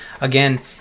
Again